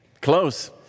Close